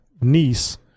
niece